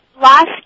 Last